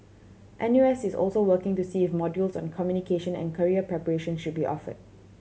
N U S is also working to see if modules on communication and career preparation should be offered